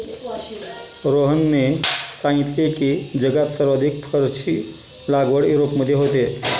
रोहनने सांगितले की, जगात सर्वाधिक फरची लागवड युरोपमध्ये होते